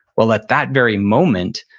well, at that very moment,